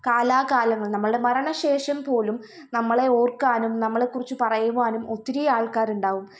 കലാകാലങ്ങൾ നമ്മളുടെ മരണശേഷം പോലും നമ്മളെ ഓർക്കാനും നമ്മളെക്കുറിച്ച് പറയുവാനും ഒത്തിരിയാൾക്കാരുണ്ടാകും